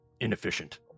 inefficient